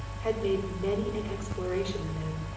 had made many an exploration in them,